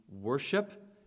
worship